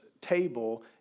table